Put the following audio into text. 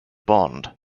bond